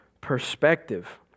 perspective